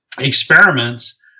experiments